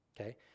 Okay